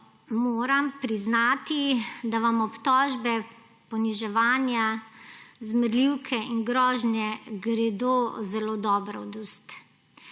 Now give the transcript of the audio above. Moram priznati, da vam obtožbe, poniževanja, zmerljivke in grožnje gredo zelo dobro od ust.